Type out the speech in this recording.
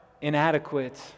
inadequate